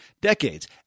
decades